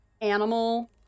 animal